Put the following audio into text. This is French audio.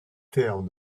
termes